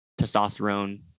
testosterone